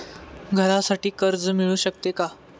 घरासाठी कर्ज मिळू शकते का?